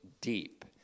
deep